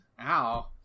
Ow